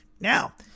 Now